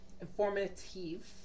informative